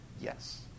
Yes